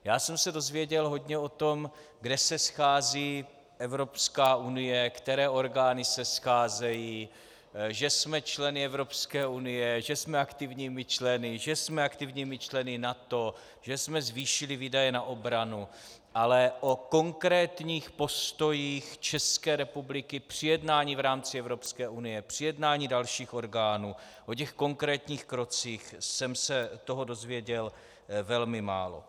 Já jsem se dozvěděl hodně o tom, kde se schází Evropská unie, které orgány se scházejí, že jsme členy Evropské unie, že jsme aktivními členy, že jsme aktivními členy NATO, že jsme zvýšili výdaje na obranu, ale o konkrétních postojích České republiky při jednání v rámci Evropské unie, při jednání dalších orgánů, o těch konkrétních krocích jsem se toho dozvěděl velmi málo.